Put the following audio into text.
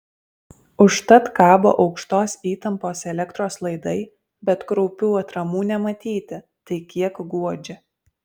užtat kabo aukštos įtampos elektros laidai bet kraupių atramų nematyti tai kiek guodžia